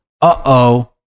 uh-oh